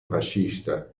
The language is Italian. fascista